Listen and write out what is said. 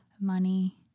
Money